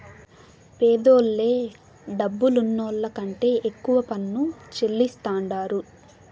పేదోల్లే డబ్బులున్నోళ్ల కంటే ఎక్కువ పన్ను చెల్లిస్తాండారు